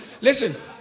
Listen